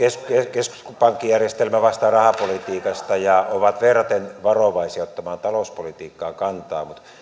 keskuspankkijärjestelmä vastaa rahapolitiikasta ja ovat verraten varovaisia ottamaan talouspolitiikkaan kantaan mutta